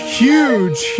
huge